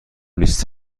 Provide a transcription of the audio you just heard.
لیست